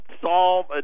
solve